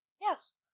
Yes